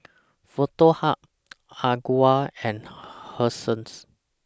Foto Hub Ogawa and Hersheys